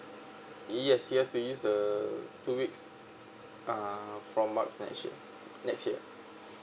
yes you have to use the two weeks uh from march next year next year